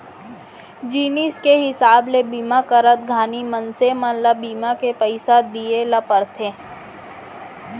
जिनिस के हिसाब ले बीमा करत घानी मनसे मन ल बीमा के पइसा दिये ल परथे